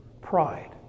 Pride